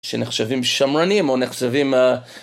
שנחשבים שמרנים, או נחשבים אה...